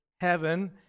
heaven